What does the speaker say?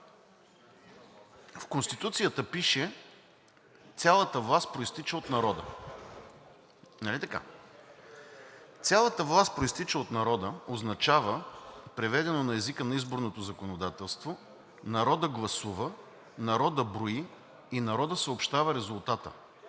В Конституцията пише: „Цялата власт произтича от народа.“ Нали така? „Цялата власт произтича от народа“ означава, преведено на езика на изборното законодателство, народът гласува, народът брои и народът съобщава резултата.